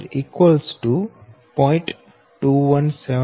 242 0